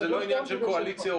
זה לא עניין של קואליציה-אופוזיציה.